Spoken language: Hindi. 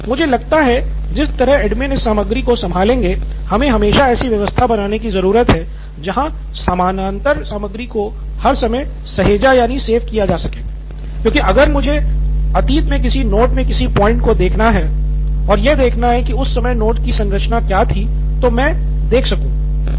नितिन कुरियन मुझे लगता है कि जिस तरह एडमिन इस सामग्री को संभालेंगे हमें हमेशा ऐसी व्यवस्था बनाने की ज़रूरत है जहां समानांतर सामग्री को हर समय सहेजा जा सके क्योंकि अगर मुझे अतीत में किसी नोट्स मे किसी पॉइंट को देखना है और यह देखना है की उस समय नोट्स की संरचना क्या थी तो मैं देख सकूँ